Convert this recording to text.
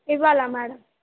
ఇవ్వాలా మ్యాడమ్